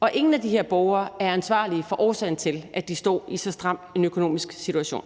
Og ingen af de her borgere er ansvarlige for årsagen til, at de står i så stram en økonomisk situation.